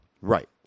Right